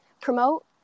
promote